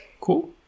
Cool